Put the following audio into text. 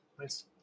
Nice